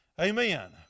Amen